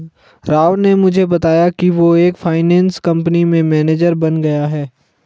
राव ने मुझे बताया कि वो एक फाइनेंस कंपनी में मैनेजर बन गया है